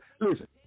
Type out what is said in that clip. listen